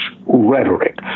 rhetoric